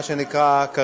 מה שנקרא,